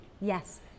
yes